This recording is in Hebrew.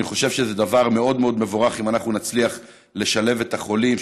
אני חושב שזה דבר מאוד מבורך אם נצליח לשלב את החולים,